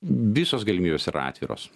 visos galimybės yra atviros